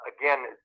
again